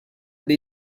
dei